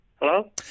Hello